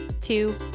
two